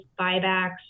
buybacks